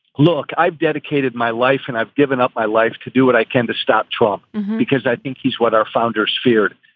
look, i've dedicated my life and i've given up my life to do what i can to stop trump because i think he's what our founders feared.